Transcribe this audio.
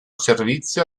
servizio